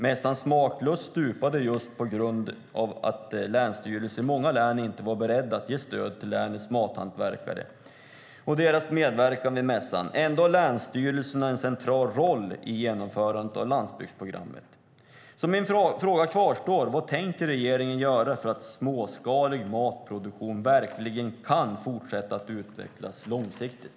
Mässan Smaklust stupade just på grund av att länsstyrelserna i många län inte var beredda att ge stöd till länets mathantverkare och deras medverkan i mässan. Ändå har länsstyrelserna en central roll i genomförandet av landsbygdsprogrammet. Min fråga kvarstår: Vad tänker regeringen göra för att småskalig matproduktion verkligen ska kunna fortsätta att utvecklas långsiktigt?